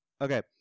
Okay